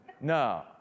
No